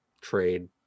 trade